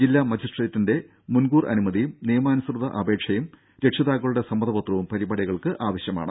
ജില്ലാ മജിസ്ട്രേറ്റിന്റെ മുൻകൂർ അനുമതിയും നിയമാനുസൃത അപേക്ഷയും രക്ഷിതാക്കളുടെ സമ്മതപത്രവും പരിപാടികൾക്ക് ആവശ്യമാണ്